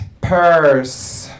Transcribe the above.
purse